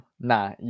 nah